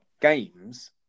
games